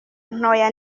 ntoya